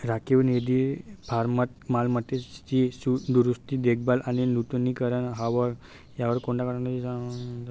राखीव निधीमार्फत मालमत्तेची दुरुस्ती, देखभाल आणि नूतनीकरण यावर होणाऱ्या खर्चासाठी संस्थेचा निधी उपयोगात आणता येईल का?